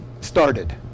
started